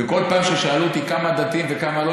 וכל פעם ששאלו אותי: כמה דתיים וכמה לא,